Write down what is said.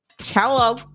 Hello